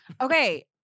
Okay